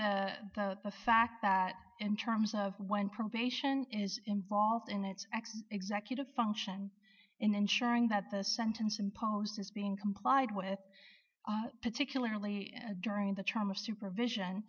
viewed the fact that in terms of when probation is involved in its executive function in ensuring that the sentence imposed is being complied with particularly during the term of supervision